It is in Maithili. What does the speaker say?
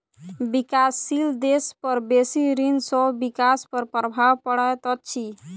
विकासशील देश पर बेसी ऋण सॅ विकास पर प्रभाव पड़ैत अछि